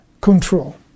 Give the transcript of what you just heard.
control